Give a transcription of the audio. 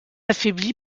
affaibli